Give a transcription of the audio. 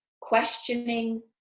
questioning